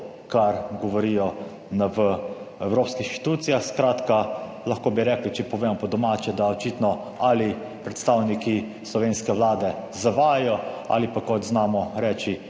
kar govorijo na, v evropskih inštitucijah. Skratka, lahko bi rekli, če povemo po domače, da očitno ali predstavniki slovenske Vlade zavajajo ali pa, kot znamo reči,